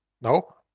No